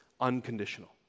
unconditional